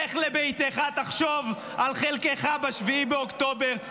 לך לביתך, תחשוב על חלקך ב-7 באוקטובר.